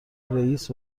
رئیس